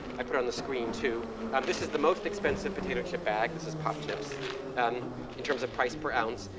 i put on the screen, too this is the most expensive potato chip bag. this is popchips um in terms of price per ounce,